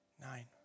nine